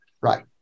Right